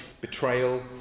betrayal